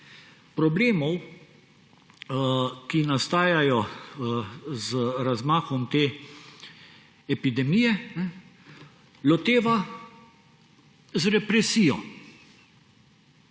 problemov, ki nastajajo z razmahom te epidemije, loteva z represijo.